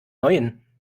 neuen